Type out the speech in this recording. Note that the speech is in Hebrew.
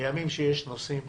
בימים שיש נושאים